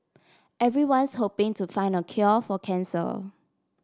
everyone's hoping to find the cure for cancer